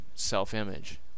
self-image